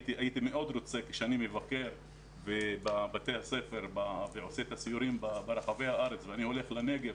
כשאני מבקר בבתי הספר ומסייר ברחבי הארץ,